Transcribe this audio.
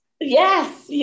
Yes